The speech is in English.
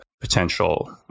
potential